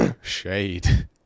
Shade